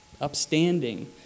upstanding